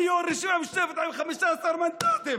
אני יושב-ראש המשותפת עם 15 מנדטים,